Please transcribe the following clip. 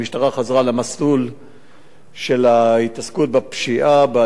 למסלול של ההתעסקות בפשיעה ובאלימות